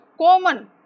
common